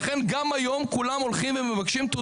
מתוך חטא